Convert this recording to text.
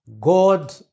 God